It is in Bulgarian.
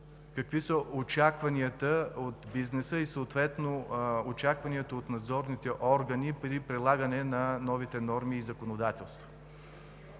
какви са очакванията от бизнеса, съответно и от надзорните органи, при прилагане на новите норми и законодателство.